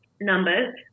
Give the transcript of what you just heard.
numbers